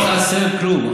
לא חסר כלום.